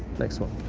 next one.